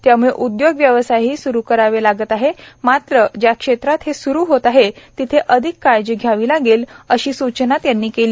त्याम्ळे उद्योग व्यवसायही स्रु करावे लागत आहेत मात्र ज्या क्षेत्रात ते सुरु होत आहेत तिथे अधिक काळजी घ्यावी लागेल अशी सूचना त्यांनी केली